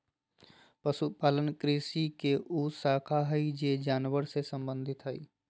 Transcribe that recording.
पशुपालन कृषि के उ शाखा हइ जे जानवर से संबंधित हइ